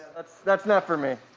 that's that's not for me.